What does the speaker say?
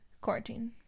Quarantine